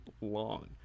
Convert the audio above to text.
long